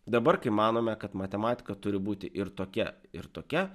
dabar kai manome kad matematika turi būti ir tokia ir tokia